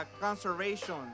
conservation